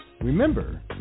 Remember